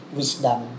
wisdom